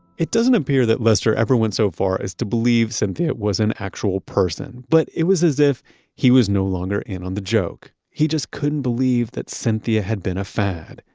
it doesn't appear that lester ever went so far as to believe cynthia was an actual person, but it was as if he was no longer in on the joke. he just couldn't believe that cynthia had been a fad.